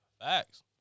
Facts